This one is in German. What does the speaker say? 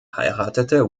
heiratete